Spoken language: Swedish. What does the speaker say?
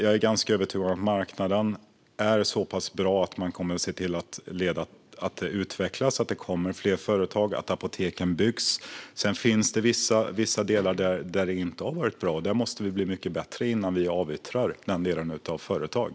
Jag är ganska övertygad om att marknaden är så pass bra att den kommer att se till att det sker en utveckling, att det kommer fler företag och att apoteken byggs. Sedan finns det vissa delar där det inte har varit bra. Där måste vi bli mycket bättre innan vi avyttrar företag.